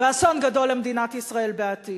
ואסון גדול למדינת ישראל בעתיד.